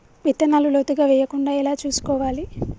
విత్తనాలు లోతుగా వెయ్యకుండా ఎలా చూసుకోవాలి?